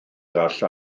gall